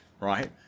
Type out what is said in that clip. right